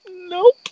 Nope